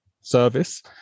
service